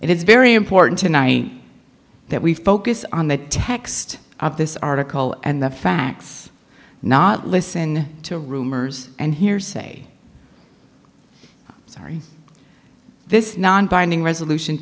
lawsuits it is very important tonight that we focus on the text of this article and the facts not listen to rumors and hearsay sorry this non binding resolution